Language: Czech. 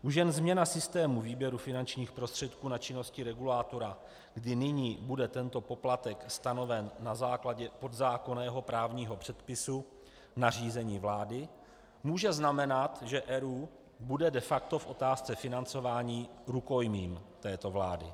Už jen změna systému výběru finančních prostředků na činnosti regulátora, kdy nyní bude tento poplatek stanoven na základě podzákonného právního předpisu, nařízení vlády, může znamenat, že ERÚ bude de facto v otázce financování rukojmím této vlády.